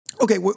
Okay